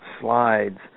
slides